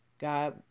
God